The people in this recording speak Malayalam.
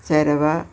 ചിരവ